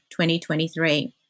2023